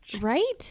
Right